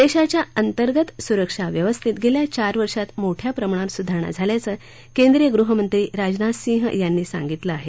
देशाच्या अंतर्गत सुरक्षा व्यवस्थेत गेल्या चार वर्षात मोठया प्रमाणावर सुधारणा झाल्याचं केंद्रीय गृहमंत्री राजनाथ सिंह यांनी सांगितलं आहे